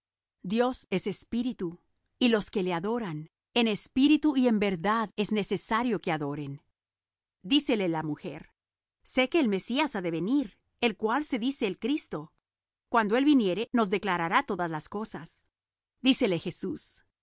dios es espíritu y los que le adoran en espíritu y en verdad es necesario que adoren dícele la mujer sé que el mesías ha de venir el cual se dice el cristo cuando él viniere nos declarará todas las cosas dícele jesús